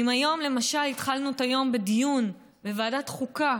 והיום, למשל, התחלנו את הדיון בדיון בוועדת חוקה